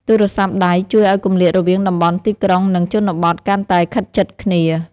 ទូរស័ព្ទដៃជួយឱ្យគម្លាតរវាងតំបន់ទីក្រុង និងជនបទកាន់តែខិតជិតគ្នា។